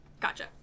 Gotcha